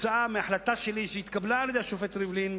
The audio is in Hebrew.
כתוצאה מהחלטה שלי, שהתקבלה על דעת השופט ריבלין,